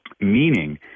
meaning